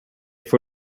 for